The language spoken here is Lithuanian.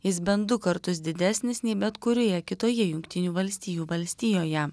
jis bent du kartus didesnis nei bet kurioje kitoje jungtinių valstijų valstijoje